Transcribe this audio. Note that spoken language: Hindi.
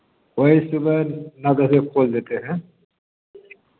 वही सुबह नौ दस बजे खोल देते हैं